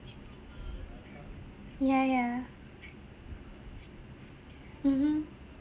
yeah yeah mmhmm